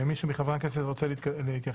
האם מישהו מחברי הכנסת רוצה להתייחס?